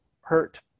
hurt